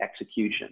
execution